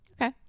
Okay